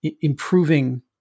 improving